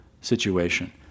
situation